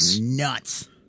nuts